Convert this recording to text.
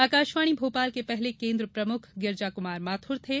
आकाशवाणी भोपाल के पहले केन्द्र प्रमुख गिरजा कुमार माथुर थे